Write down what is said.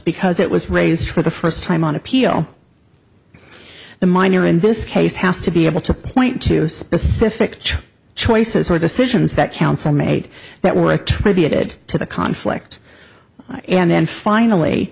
because it was raised for the first time on appeal the miner in this case has to be able to point to specific choices or decisions that council made that work tributed to the conflict and then finally